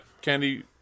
Candy